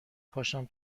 پاشم